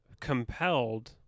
compelled